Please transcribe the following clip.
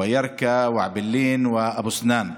ירכא, אעבלין ואבו סנאן.